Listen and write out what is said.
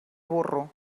burro